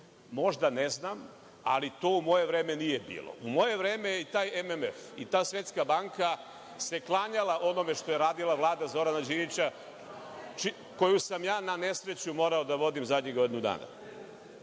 možda, ne znam, ali to u moje vreme nije bilo. U moje vreme i taj MMF i ta Svetska banka se klanjala onome što je radila Vlada Zorana Đinđića, koju sam ja na nesreću morao da vodim zadnjih godinu dana. Mi